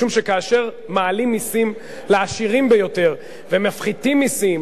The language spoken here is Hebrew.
משום שכאשר מעלים מסים לעשירים ביותר ומפחיתים מסים,